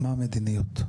מה המדיניות?